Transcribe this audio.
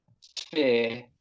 sphere